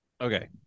Okay